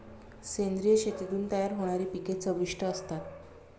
सेंद्रिय शेतीतून तयार होणारी पिके चविष्ट असतात